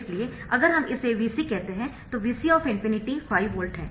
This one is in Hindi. इसलिए अगर हम इसे Vc कहते है तो Vc ∞ 5 वोल्ट है